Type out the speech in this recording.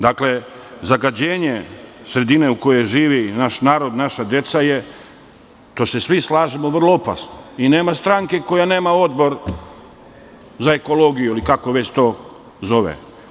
Dakle, zagađenje sredine u kojoj živi naš narod, naša deca je, to se svi slažemo vrlo opasna i nema stranke koja nema Odbor za ekologiju ili kako već to zove.